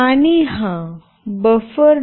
आणि हा बफर